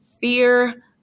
Fear